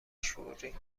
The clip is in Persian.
شوری